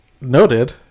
noted